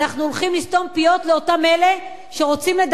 אנחנו הולכים לסתום פיות לאותם אלה שרוצים לדבר